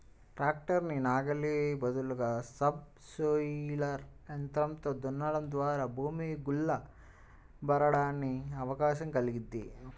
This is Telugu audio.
ట్రాక్టర్ కి నాగలి బదులుగా సబ్ సోయిలర్ యంత్రంతో దున్నడం ద్వారా భూమి గుల్ల బారడానికి అవకాశం కల్గిద్ది